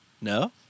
No